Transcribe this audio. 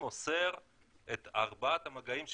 אני מוסר את ארבעת המגעים שלי,